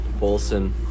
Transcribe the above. Bolson